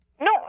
No